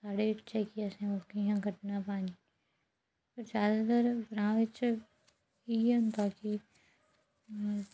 साढ़ै बिच्च ऐ कि असें ओह् कियां कड्ढना पानी ज्यादातर ग्रांऽ बिच्च इ'यै होंदा कि